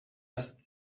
است